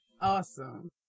Awesome